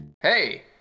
Hey